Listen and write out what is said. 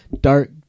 dark